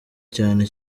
cyane